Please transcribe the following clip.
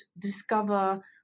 discover